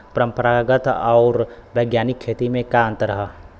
परंपरागत आऊर वैज्ञानिक खेती में का अंतर ह?